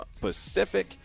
Pacific